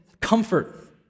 comfort